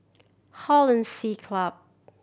Hollandse Club